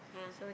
ah